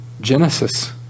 Genesis